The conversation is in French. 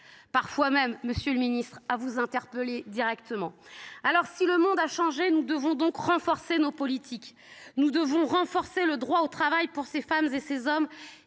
Parfois même, monsieur le ministre, nous vous interpellons directement. Si le monde a changé, nous devons renforcer nos politiques, nous devons renforcer le droit au travail pour ces femmes et ces hommes